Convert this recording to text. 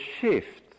shift